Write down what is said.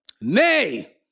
nay